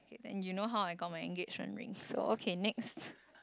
then you know how I got my engagement ring so okay next